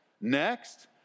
next